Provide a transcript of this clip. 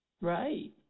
Right